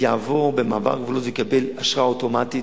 יעבור במעבר הגבולות ויקבל אשרה אוטומטית.